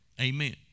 Amen